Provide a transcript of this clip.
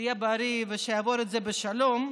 שיהיה בריא ושיעבור את זה בשלום,